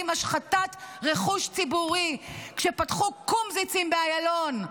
השחתת רכוש ציבורי כשפתחו קומזיצים באיילון,